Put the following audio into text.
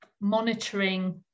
monitoring